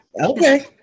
okay